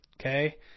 Okay